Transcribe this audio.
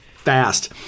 Fast